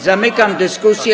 Zamykam dyskusję.